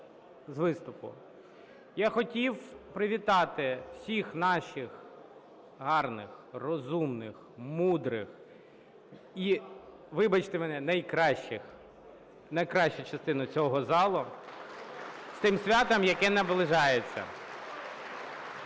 з виступу. Я хотів привітати всіх наших гарних, розумних, мудрих і, вибачте мене, найкращих, найкращу частину цього залу, з тим святом, яке наближається